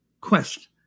quest